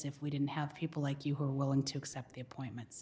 if we didn't have people like you who are willing to accept the appointments